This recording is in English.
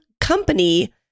company